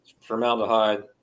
formaldehyde